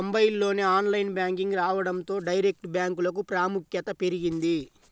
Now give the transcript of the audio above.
తొంబైల్లోనే online banking రావడంతో direct బ్యాంకులకు ప్రాముఖ్యత పెరిగింది